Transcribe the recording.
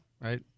right